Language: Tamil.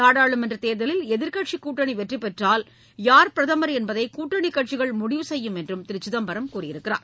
நாடாளுமன்றத் தேர்தலில் எதிர்க்கட்சி கூட்டணி வெற்றி பெற்றால் யார் பிரதமர் என்பதை கூட்டணி கட்சிகள் செய்யும் முடிவு என்றம் திரு சிதம்பரம் கூறியுள்ளார்